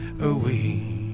away